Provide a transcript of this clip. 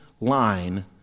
line